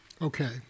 Okay